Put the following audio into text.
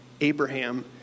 Abraham